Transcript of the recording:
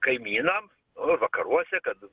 kaimynam va vakaruose kad